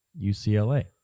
UCLA